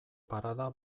parada